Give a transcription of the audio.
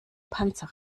panzer